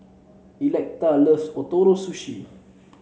Electa loves Ootoro Sushi